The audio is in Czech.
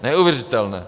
Neuvěřitelné!